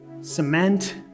cement